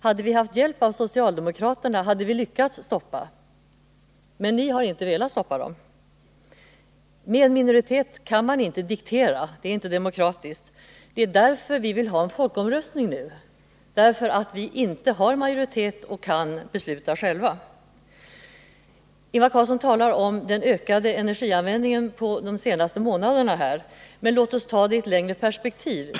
Med hjälp av socialdemokraterna skulle vi ha kunnat lyckas med att stoppa denna utbyggnad, men ni har inte velat hejda den. Med en minoritet bakom sig kan man inte diktera besluten — det är inte demokratiskt. Det är med anledning av att vi inte har majoritet, så att vi kan besluta själva, som vi nu vill ha en folkomröstning. Ingvar Carlsson talar om ökningen av energianvändningen under de senaste månaderna. Men låt oss se frågan i ett litet längre perspektiv!